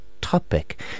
topic